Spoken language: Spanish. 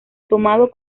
tomando